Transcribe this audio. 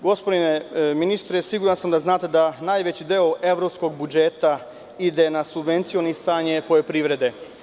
Gospodine ministre, siguran sam da znate da najveći deo evropskog budžeta ide na subvencionisanje poljoprivrede.